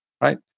Right